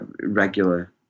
regular